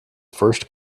first